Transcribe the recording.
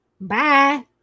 Bye